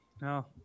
No